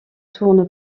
tourne